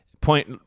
point